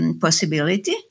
possibility